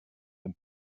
and